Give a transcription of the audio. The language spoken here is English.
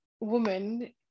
woman